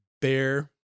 bear